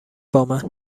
بامن